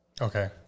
Okay